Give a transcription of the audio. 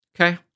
okay